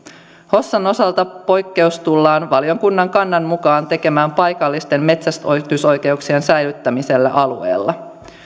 hossan osalta poikkeus tullaan valiokunnan kannan mukaan tekemään paikallisten metsästysoikeuksien säilyttämiseksi alueella